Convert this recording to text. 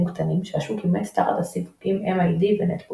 קטנים שהשוק אימץ תחת הסיווגים MID ו־Netbook